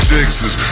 Texas